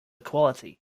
equality